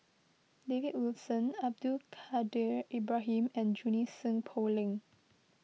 David Wilson Abdul Kadir Ibrahim and Junie Sng Poh Leng